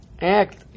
act